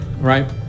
right